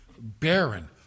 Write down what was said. Barren